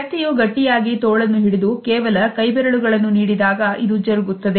ವ್ಯಕ್ತಿಯು ಗಟ್ಟಿಯಾಗಿ ತೋಳನ್ನು ಹಿಡಿದು ಕೇವಲ ಕೈಬೆರಳುಗಳನ್ನು ನೀಡಿದಾಗ ಇದು ಜರುಗುತ್ತದೆ